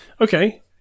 Okay